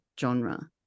genre